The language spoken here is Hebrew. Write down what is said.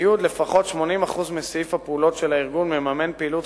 לפחות 80% מסעיף הפעולות של הארגון מממן פעילות